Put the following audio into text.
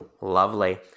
Lovely